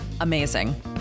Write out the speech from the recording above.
Amazing